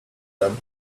them